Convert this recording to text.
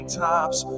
tops